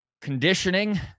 conditioning